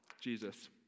Jesus